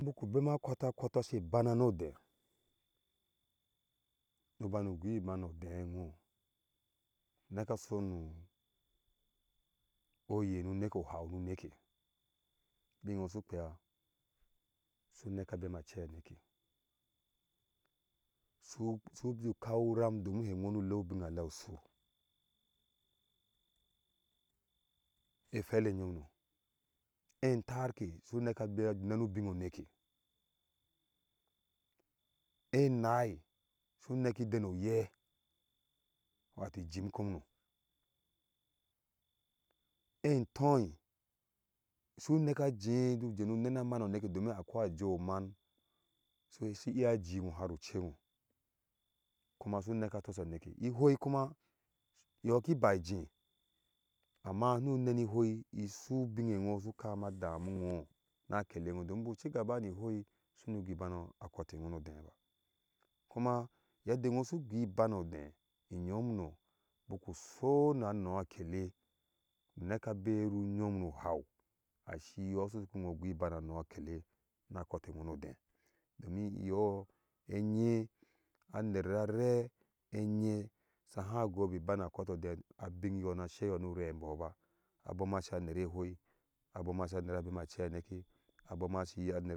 Buku bema akɔtɔkɔtɔ she bana nu ɔdeh ŋu bani gui ban uɔdehŋo neka soi ŋu oye ŋu neke uhaau nu neke ubin ɛ ŋo su kpea neke abe ma aceli aneke su suju kau ram don. hɛŋo nu banu lea ubinalea shur ɛhwɛle nyom no etarkɛ su nekɛ bɛa ju nenu ubin ɔneke ɛnaai shu neki deno uyɛ wato ijim komno ɛntoi suneka aje ju jenu nene aman aneke domm akoi a jɔɔ oman shi su iya ji har ucɛŋo kuma shu nekɛ a tosha nekɛ ihoi kuma iyɔɔ ki baai ije amma shunu neni ihoi ishu binne yɔɔ shi nene adeimiŋo na akele ŋo don bu cigaba ni ihoi shumu gui ban akɔte ŋo nu ɔdeh ba kuma yedde nɔ su na anɔɔ akele neka beri unyom nu haau ashi yɔɔ sha tuki ŋo gui ban anɔɔ akelɛ na akote nɔnɔdeh domin yɔɔ ɛnyee anerrare e̱nyee saha agɔbi ban akɔtɛ jɔdeh abin yɔɔ no a sheyɔɔ nu urei mbɔɔ ba abom ash nere ihoi abom asha neraa bema acɛi aneke.